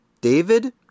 david